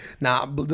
now